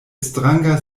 stranga